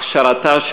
הכשרתה,